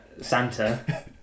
Santa